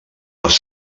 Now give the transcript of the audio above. les